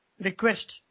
request